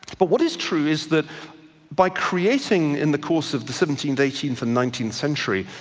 but what is true is that by creating in the course of the seventeenth, eighteenth and nineteenth century,